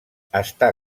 està